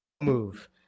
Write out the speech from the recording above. Move